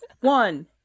one